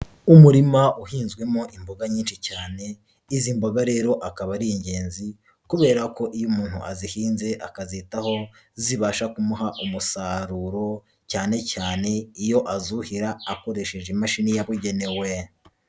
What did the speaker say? Umurima uhinzwemo imboga nyinshi cyane, izi mboga rero akaba ari ingenzi kubera ko iyo umuntu azihinze akazizitaho, zibasha kumuha umusaruro cyane cyane iyo azuhira akoresheje imashini yabugenewe.